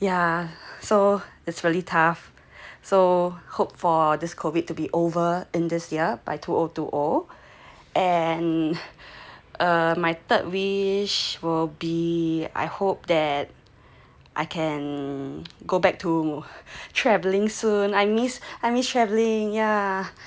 so hope for this COVID to be over in this year by two O two O and um my third wish will be I hope that I can go back to travelling soon I miss I miss travelling yeah